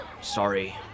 Sorry